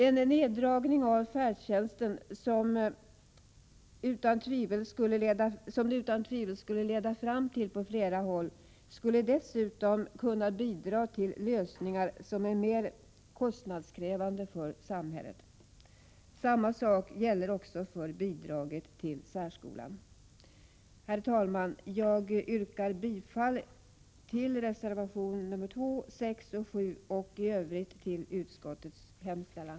En neddragning av färdtjänsten, som det utan tvivel skulle leda fram till på flera håll, skulle dessutom bidra till lösningar som är mer kostnadskrävande för samhället. Samma sak gäller också för bidraget till särskolan. Herr talman! Jag yrkar bifall till reservation 2, 6 och 7 och i övrigt till utskottets hemställan.